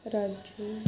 Raju